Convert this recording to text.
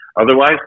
Otherwise